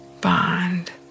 bond